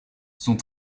sont